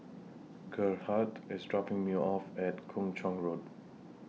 Gerhardt IS dropping Me off At Kung Chong Road